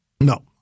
no